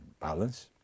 balance